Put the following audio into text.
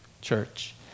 church